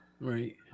Right